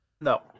No